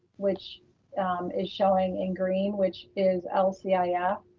which is showing in green, which is lcif. ah yeah